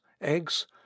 eggs